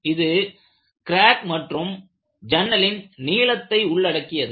இது கிராக் மற்றும் ஜன்னலின் நீளத்தை உள்ளடக்கியது